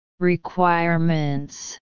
Requirements